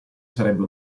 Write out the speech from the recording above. sarebbe